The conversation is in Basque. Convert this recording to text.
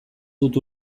dut